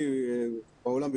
בעולם,